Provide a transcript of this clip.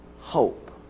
hope